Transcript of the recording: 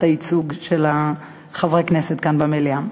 הייצוג של חברי הכנסת כאן במליאה.